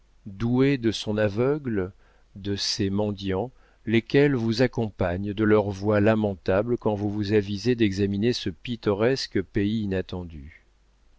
douée de son aveugle de ses mendiants lesquels vous accompagnent de leurs voix lamentables quand vous vous avisez d'examiner ce pittoresque pays inattendu